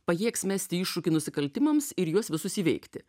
pajėgs mesti iššūkį nusikaltimams ir juos visus įveikti